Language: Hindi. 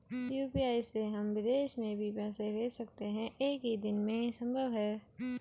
यु.पी.आई से हम विदेश में भी पैसे भेज सकते हैं एक ही दिन में संभव है?